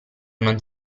non